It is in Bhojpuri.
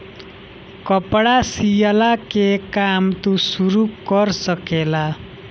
कपड़ा सियला के काम तू शुरू कर सकेला